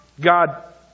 God